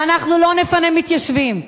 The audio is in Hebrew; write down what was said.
ואנחנו לא נפנה מתיישבים,